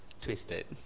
twisted